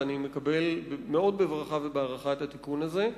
ואני מקבל מאוד בברכה ובהערכה את התיקון הזה.